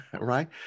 right